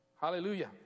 Hallelujah